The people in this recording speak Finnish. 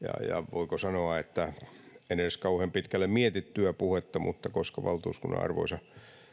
voiko sanoa että en edes kauhean pitkälle mietittyä puhetta mutta koska valtuuskunnan arvoisa